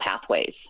pathways